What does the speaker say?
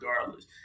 regardless